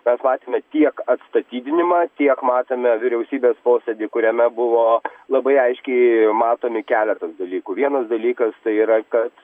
mes matėme tiek atstatydinimą tiek matėme vyriausybės posėdį kuriame buvo labai aiškiai matomi keletas dalykų vienas dalykas tai yra kad